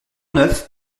neuf